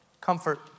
comfort